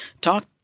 Talk